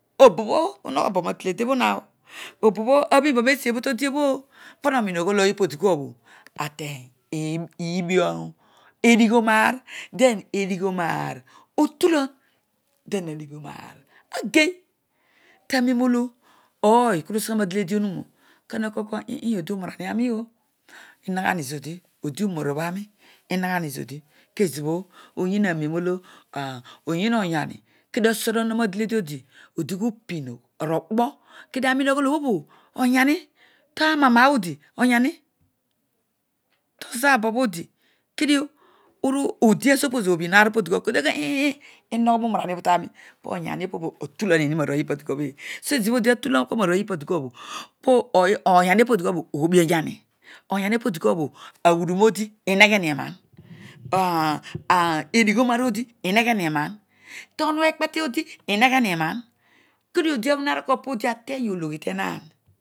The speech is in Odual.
Obobho unogho bo padelede bu ha oti obobho abbim bo roa siobho to di oh pana oro oghoo ooy opopho dikuabho ateny iibi edighooaoar, then edighio roaar otulan then edighioroaar agey! Taro ero olo ooy kedio useghe madele de oluma kana kokua eeh odi uroara ni aro i oh enoghoami zodi oodi umorobho aroi inoghoani zodi kezobho onyi naroen olo ah onyi oyani kedio asorona roaduede odi odi kubi arokpo kedio aroiagho obhobho oyani, taroaroa odi oyani tozabobho di kedio odia supose obhin aar opobho kedio aghoor eh eh i mogho rouroaraari obho tami poyani opobho atulanini ezọbho odi atulan kua marooy ipadikua obho po oyaniopo dikuabhal oobhi oyani oyanobo dikua aghuduroodi inegheni eroan, ati edighioroaa odi inegheni eroan, tonu ekpete odi inegheni enan kedio odi aroin arokua podi ateng ologh, tenach